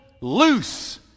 loose